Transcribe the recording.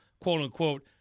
quote-unquote